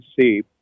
see